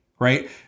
right